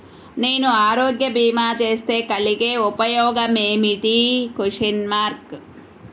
నేను ఆరోగ్య భీమా చేస్తే కలిగే ఉపయోగమేమిటీ?